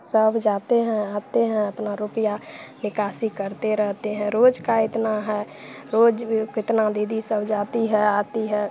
सब जाते हैं आते हैं अपना रुपया निकासी करते रहते हैं रोज का इतना है रोज कितना दीदी सब जाती है आती है